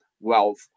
wealth